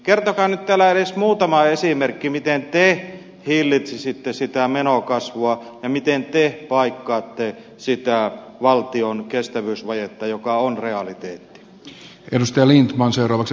kertokaa nyt täällä edes muutama esimerkki miten te hillitsisitte sitä menokasvua ja miten te paikkaatte sitä valtion kestävyysvajetta joka on realiteetti